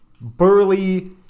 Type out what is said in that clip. burly